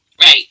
Right